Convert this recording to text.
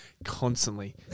Constantly